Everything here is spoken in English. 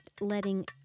letting